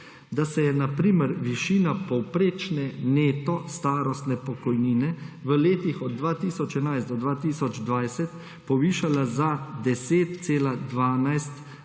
da se je na primer višina povprečne neto starostne pokojnine v letih od 2011 do 2020 povišala za 10,12